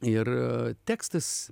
ir tekstas